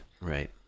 Right